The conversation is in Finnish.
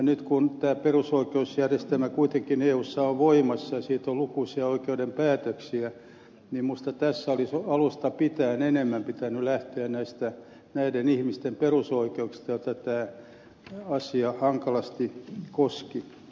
nyt kun perusoikeusjärjestelmä kuitenkin eussa on voimassa ja siitä on lukuisia oikeuden päätöksiä niin minusta tässä olisi alusta pitäen enemmän pitänyt lähteä näiden ihmisten perusoikeuksista joita tämä asia hankalasti koski